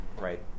right